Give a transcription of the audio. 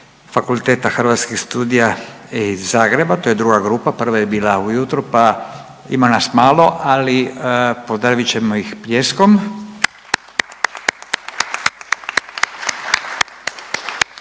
Fakulteta Hrvatskih studija iz Zagreba, to je druga grupa, prva je bila ujutro, pa ima nas malo, ali pozdravit ćemo ih